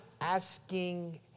asking